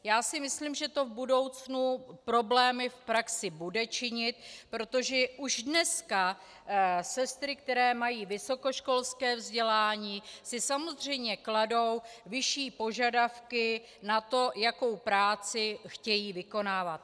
Já si myslím, že to v budoucnu problémy v praxi bude činit, protože už dneska sestry, které mají vysokoškolské vzdělání, si samozřejmě kladou vyšší požadavky na to, jakou práci chtějí vykonávat.